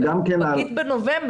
וגם כן --- פגית בנובמבר.